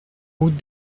route